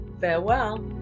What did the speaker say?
Farewell